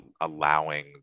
allowing